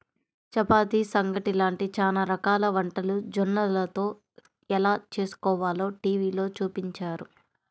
చపాతీ, సంగటి లాంటి చానా రకాల వంటలు జొన్నలతో ఎలా చేస్కోవాలో టీవీలో చూపించారు